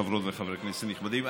חברות וחברי כנסת נכבדים,